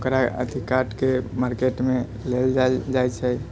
ओकरा अथी काटके मारकेटमे लेल जाएल जाइ छै